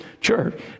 church